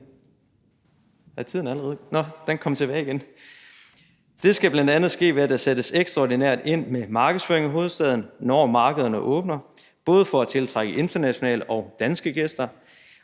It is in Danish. internationale markedsposition. Det skal bl.a. ske, ved at der sættes ekstraordinært ind med markedsføring af hovedstaden, når markederne åbner. Det er for at tiltrække både internationale og danske gæster.